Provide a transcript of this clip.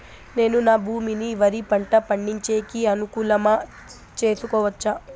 నేను నా భూమిని వరి పంట పండించేకి అనుకూలమా చేసుకోవచ్చా?